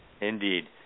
Indeed